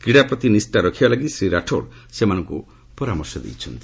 କ୍ରୀଡ଼ାପ୍ରତି ନିଷ୍ଠା ରଖିବା ଲାଗି ଶ୍ରୀ ରାଠୋଡ୍ ସେମାନଙ୍କୁ ପରାମର୍ଶ ଦେଇଛନ୍ତି